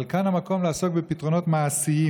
אבל כאן המקום לעסוק בפתרונות מעשיים,